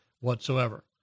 whatsoever